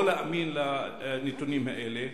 או להאמין לנתונים האלה,